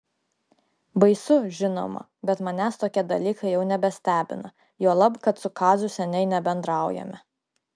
baisu žinoma bet manęs tokie dalykai jau nebestebina juolab kad su kaziu seniai nebendraujame